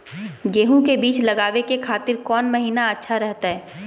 गेहूं के बीज लगावे के खातिर कौन महीना अच्छा रहतय?